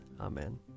Amen